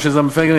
משה זלמן פייגלין,